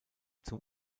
zum